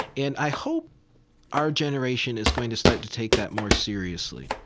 and i hope our generation is going to start to take that more seriously